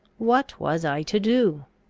what was i to do?